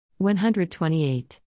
128